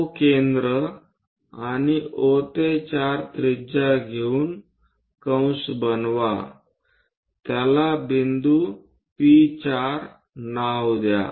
O केंद्र आणि O ते 4 त्रिज्या घेऊन कंस बनवा त्याला बिंदू P4 नाव द्या